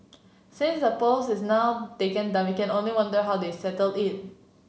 since the post is now taken down we can only wonder how they settle it